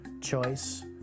choice